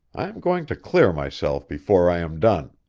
i am going to clear myself before i am done.